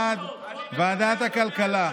1. ועדת הכלכלה,